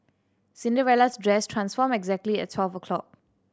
Cinderella's dress transformed exactly at twelve o'clock